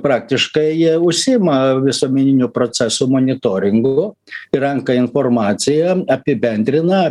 praktiškai jie užsiima visuomeniniu procesų monitoringu renka informaciją apibendrina